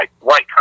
white